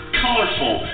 colorful